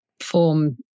form